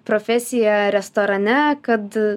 profesija restorane kad